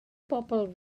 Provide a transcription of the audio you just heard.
bobl